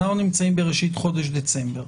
אנחנו נמצאים בראשית חודש דצמבר,